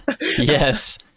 yes